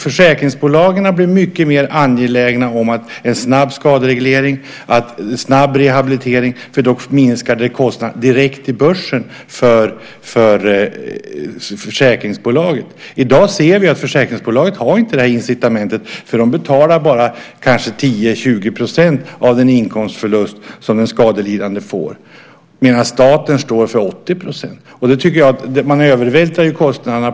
Försäkringsbolagen blir mycket mer angelägna om en snabb skadereglering och en snabb rehabilitering, för då minskar det kostnaderna direkt i börsen för försäkringsbolagen. I dag ser vi att försäkringsbolagen inte har det incitamentet. De betalar kanske bara för 10-20 % av den inkomstförlust som den skadelidande får medan staten står för 80 %. Man övervältrar kostnaderna.